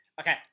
Okay